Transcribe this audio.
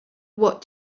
what